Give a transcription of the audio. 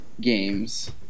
games